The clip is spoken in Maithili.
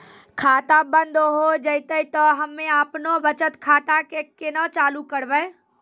खाता बंद हो जैतै तऽ हम्मे आपनौ बचत खाता कऽ केना चालू करवै?